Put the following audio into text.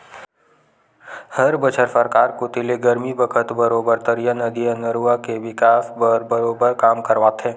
हर बछर सरकार कोती ले गरमी बखत बरोबर तरिया, नदिया, नरूवा के बिकास बर बरोबर काम करवाथे